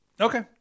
Okay